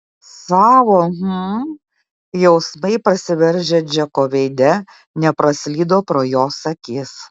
savo hm jausmai prasiveržę džeko veide nepraslydo pro jos akis